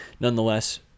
Nonetheless